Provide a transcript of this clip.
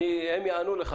הם יענו לך.